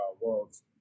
worlds